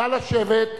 נא לשבת.